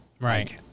Right